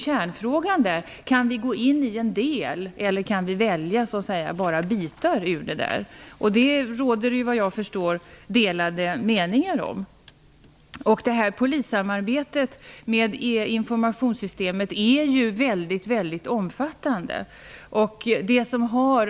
Kärnfrågan är om vi kan välja bitar i det samarbetet eller inte. Såvitt jag förstår råder det delade meningar om det. Polissamarbetet med informationssystemet är oerhört omfattande.